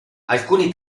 alcuni